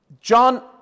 John